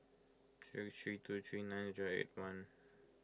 six three two three nine zero eight one